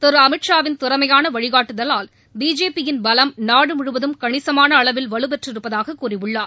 திரு அமித் ஷா வின் திறமையான வழிகாட்டுதலால் பிஜேபி யின் பலம் நாடு முழுவதம் கணிசமான அளவில் வலுப்பெற்றிருப்பதாக கூறியுள்ளார்